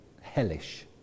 hellish